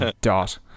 dot